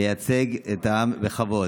נייצג את העם בכבוד.